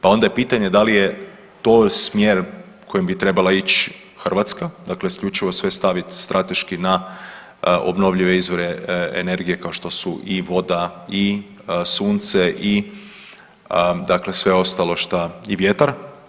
Pa je onda pitanje da li je to smjer kojim bi trebala ići Hrvatska, dakle isključivo sve staviti strateški na obnovljive izvore energije kao što su i voda i sunce i dakle sve ostalo šta i vjetar.